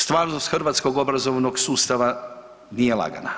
Stvarnost hrvatskog obrazovnog sustava nije lagana.